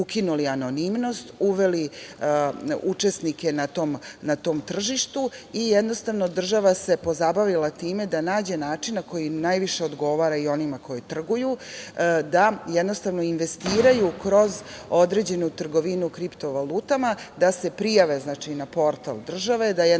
ukinuli anonimnost, uveli učesnike na tom tržištu i jednostavno država se pozabavila time da nađe način koji najviše odgovara i onima koji trguju da jednostavno investiraju kroz određenu trgovinu kriptovalutama, da se prijave na portal države, da jednostavno